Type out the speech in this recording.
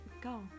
Go